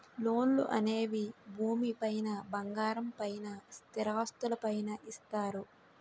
లోన్లు అనేవి భూమి పైన బంగారం పైన స్థిరాస్తులు పైన ఇస్తారు